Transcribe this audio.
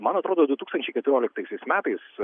man atrodo du tūkstančiai keturioliktaisiais metais